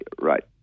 right